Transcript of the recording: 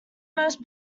most